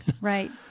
Right